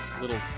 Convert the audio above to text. little